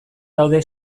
daude